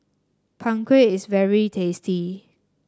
Png Kueh is very tasty